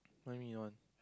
what do you mean you want